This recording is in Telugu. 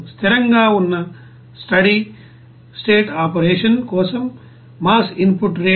స్థిరంగా ఉన్నస్టడీ స్టేట్ ఆపరేషన్ కోసం మాస్ ఇన్పుట్ రేటు